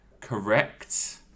correct